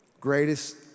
Greatest